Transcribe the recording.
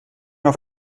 auf